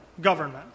government